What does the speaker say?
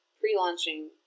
pre-launching